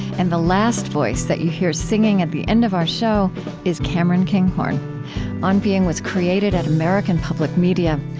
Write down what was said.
and the last voice that you hear singing at the end of our show is cameron kinghorn kinghorn on being was created at american public media.